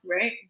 right